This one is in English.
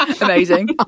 Amazing